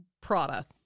Prada